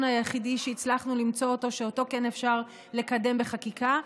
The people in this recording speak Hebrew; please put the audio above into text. היחיד שהצלחנו למצוא שאותו כן אפשר לקדם בחקיקה,